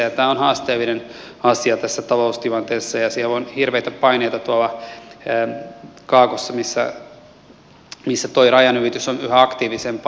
tämä on haasteellinen asia tässä taloustilanteessa ja siellä on hirveitä paineita tuolla kaakossa missä tuo rajanylitys on yhä aktiivisempaa